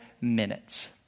minutes